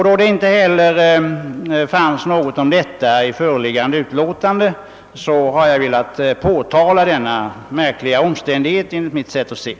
Då det inte heller fanns något om denna sak i det föreliggande utlåtandet, har jag velat påtala denna enligt mitt sätt att se märkliga omständighet.